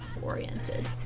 Oriented